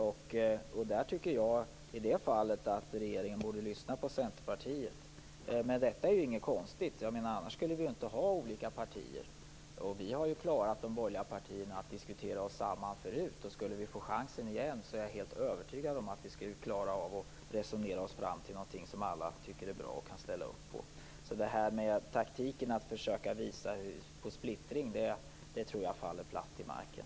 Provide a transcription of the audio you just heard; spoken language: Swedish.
I det fallet tycker jag att regeringen borde lyssna på Centerpartiet. Detta är inget konstigt - annars skulle vi inte ha olika partier. Inom de borgerliga partierna har vi klarat att diskutera oss samman förut. Skulle vi få chansen igen är jag helt övertygad om att vi skulle klara av att resonera oss fram till något som alla tycker är bra och kan ställa upp på. Taktiken att försöka visa på splittring tror jag faller platt till marken.